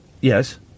Yes